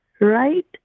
right